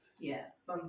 Yes